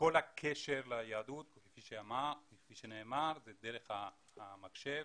כל הקשר ליהדות, כפי שנאמר, זה דרך המחשב,